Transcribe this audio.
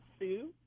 sue